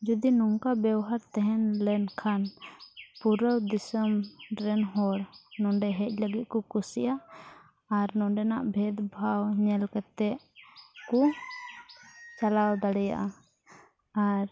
ᱡᱩᱫᱤ ᱱᱚᱝᱠᱟ ᱵᱮᱵᱚᱦᱟᱨ ᱛᱟᱦᱮᱸ ᱞᱮᱱᱠᱷᱟᱱ ᱯᱩᱨᱟᱹ ᱫᱤᱥᱚᱢ ᱨᱮᱱ ᱦᱚᱲ ᱱᱚᱰᱮ ᱦᱮᱡ ᱞᱟᱹᱜᱤᱫ ᱠᱚ ᱠᱩᱥᱤᱜᱼᱟ ᱟᱨ ᱱᱚᱰᱮᱱᱟᱜ ᱵᱷᱮᱫ ᱵᱷᱟᱣ ᱧᱮᱞ ᱠᱟᱛᱮ ᱠᱚ ᱪᱟᱞᱟᱣ ᱫᱟᱲᱮᱭᱟᱜᱼᱟ ᱟᱨ